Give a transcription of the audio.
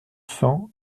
cents